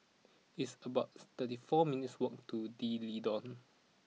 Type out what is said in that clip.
it's about thirty four minutes' walk to D'Leedon